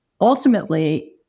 ultimately